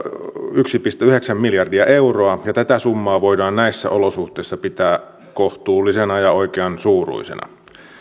yksi pilkku yhdeksän miljardia euroa ja tätä summaa voidaan näissä olosuhteissa pitää kohtuullisena ja oikean suuruisena